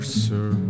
sir